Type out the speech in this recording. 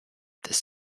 this